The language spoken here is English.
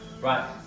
right